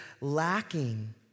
lacking